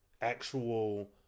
actual